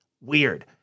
Weird